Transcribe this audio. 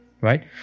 Right